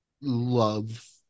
love